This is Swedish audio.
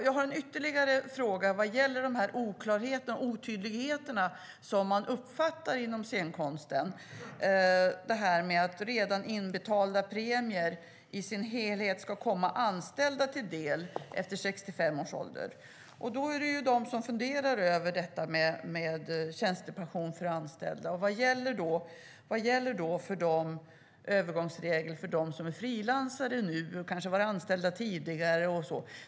Jag har ytterligare en fråga om oklarheterna och otydligheterna som man uppfattar inom scenkonsten vad gäller att redan inbetalda premier i sin helhet ska komma anställda till del efter 65 års ålder. Det finns de som funderar över detta med tjänstepension för anställda. Vilka övergångsregler gäller för dem som är frilansare nu men kanske har varit anställda tidigare?